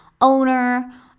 owner